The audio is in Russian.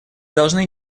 должны